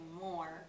more